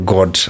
God